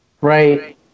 Right